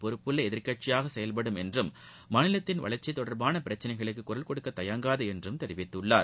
பொறுப்புள்ள எதிர்க்கட்சியாக செயல்படும் என்றும் மாநிலத்தின் வளர்ச்சி தொடர்பான பிரச்சினைகளுக்கு குரல் கொடுக்கத் தயங்காது என்றும் தெரிவித்துள்ளார்